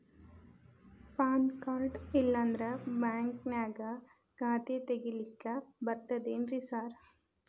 PAN card ಇಲ್ಲಂದ್ರ ಬ್ಯಾಂಕಿನ್ಯಾಗ ಖಾತೆ ತೆಗೆಲಿಕ್ಕಿ ಬರ್ತಾದೇನ್ರಿ ಸಾರ್?